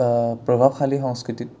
প্ৰভাৱশালী সংস্কৃতিত